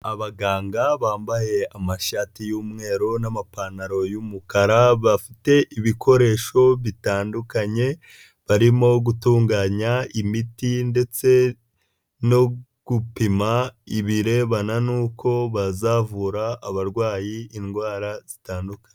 Abaganga bambaye amashati y'umweru n'amapantaro y'umukara, bafite ibikoresho bitandukanye barimo gutunganya imiti ndetse no gupima ibirebana n'uko bazavura abarwayi indwara zitandukanye.